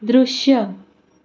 दृश्य